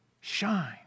Shine